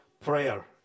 prayer